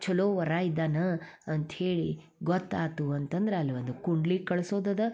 ಚಲೋ ವರ ಇದ್ದಾನೆ ಅಂತ ಹೇಳಿ ಗೊತ್ತಾಯ್ತು ಅಂತಂದ್ರೆ ಅಲ್ಲೊಂದು ಕುಂಡಲಿ ಕಳಿಸೋದದ